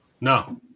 No